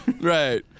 Right